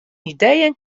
ideeën